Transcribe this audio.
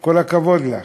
וכל הכבוד לך.